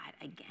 again